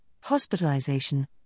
Hospitalization